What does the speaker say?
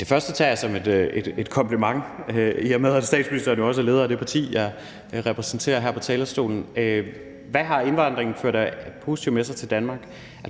Det første tager jeg som et kompliment, i og med at statsministeren jo også er leder af det parti, jeg repræsenterer her på talerstolen. Hvad har indvandringen ført med sig positivt til Danmark?